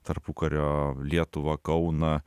tarpukario lietuvą kauną